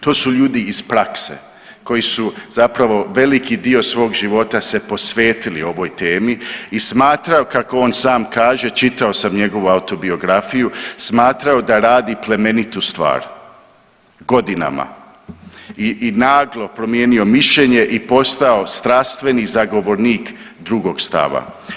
To su ljudi iz prakse koji su zapravo veliki dio svog života se posvetili ovoj temi i smatram, kako on sam kaže, čitao sam njegovu autobiografiju, smatrao da radi plemenitu stvar, godinama i naglo promijenio mišljenje i postao strastveni zagovornik drugog stava.